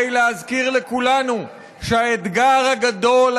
כדי להזכיר לכולנו שהאתגר הגדול,